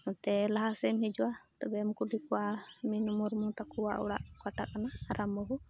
ᱱᱚᱛᱮ ᱞᱟᱦᱟ ᱥᱮᱫ ᱮᱢ ᱦᱤᱡᱩᱜᱼᱟ ᱛᱚᱵᱮᱢ ᱠᱩᱞᱤ ᱠᱚᱣᱟ ᱢᱤᱱᱩ ᱢᱩᱨᱢᱩ ᱛᱟᱠᱚᱣᱟᱜ ᱚᱲᱟᱜ ᱚᱠᱟᱴᱟᱜ ᱠᱟᱱᱟ